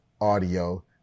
audio